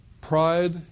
Pride